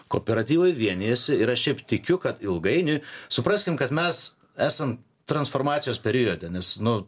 kooperatyvai vienijasi ir aš tikiu kad ilgainiui supraskim kad mes esam transformacijos periode nes nu